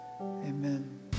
amen